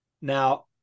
now